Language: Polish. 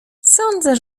sądzę